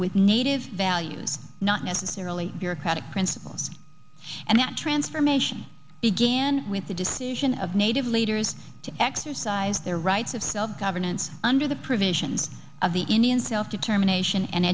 with native values not necessarily bureaucratic principles and that transformation began with the decision of native leaders to exercise their rights of self governance under the provisions of the indian self determination and